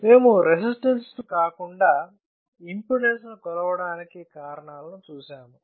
మేము రెసిస్టన్స్ ను కాకుండా ఇంపెడెన్స్ కొలవడానికి కారణాలను చూసాము